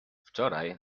wczoraj